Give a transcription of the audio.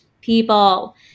people